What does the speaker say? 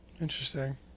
Interesting